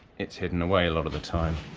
it's hidden away a lot of the time.